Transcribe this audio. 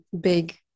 big